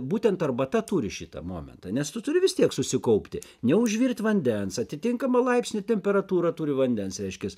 būtent arbata turi šitą momentą nes tu turi vis tiek susikaupti neužvirt vandens atitinkamą laipsnių temperatūrą turi vandens reiškias